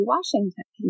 Washington